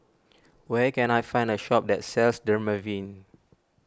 where can I find a shop that sells Dermaveen